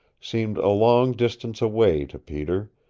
seemed a long distance away to peter,